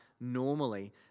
normally